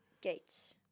gates